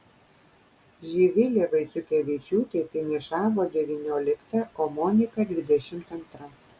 živilė vaiciukevičiūtė finišavo devyniolikta o monika dvidešimt antra